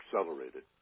accelerated